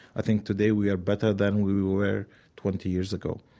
i think today we are better than we were twenty years ago.